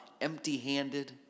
empty-handed